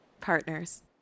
Partners